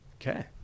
Okay